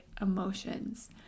emotions